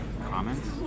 comments